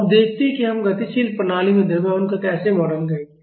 अब देखते हैं कि हम गतिशील प्रणाली में द्रव्यमान को कैसे मॉडल करेंगे